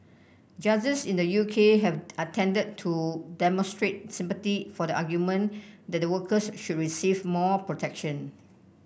judges in the U K have attended to demonstrate sympathy for the argument that the workers should receive more protection